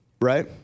right